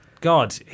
God